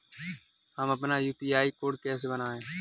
हम अपना UPI code कैसे बनाएँ?